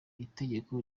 itegeko